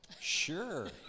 Sure